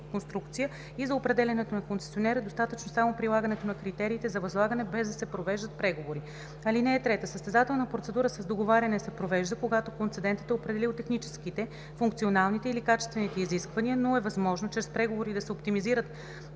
конструкция и за определянето на концесионер е достатъчно само прилагането на критериите за възлагане, без да се провеждат преговори. (3) Състезателна процедура с договаряне се провежда, когато концедентът е определил техническите, функционалните или качествените изисквания, но е възможно чрез преговори да се оптимизират